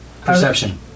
Perception